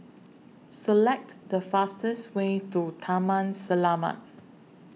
Select The fastest Way to Taman Selamat